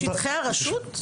בשטחי הרשות?